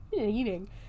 eating